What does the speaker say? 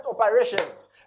operations